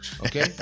Okay